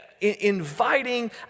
inviting